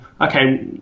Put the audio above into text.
Okay